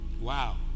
Wow